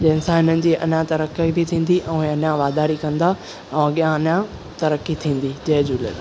जंहिंसां हिननि जी अञां तरकी बि थींदी ऐं इहे अञां वाधारी कंदा ऐं अॻियां अञां तरकी थींदी जय झूलेलाल